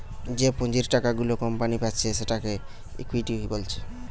যে পুঁজির টাকা গুলা কোম্পানি পাচ্ছে সেটাকে ইকুইটি বলছে